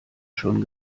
schon